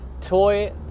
Toy